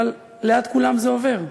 אבל ליד כולם זה עובר.